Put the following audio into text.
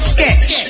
Sketch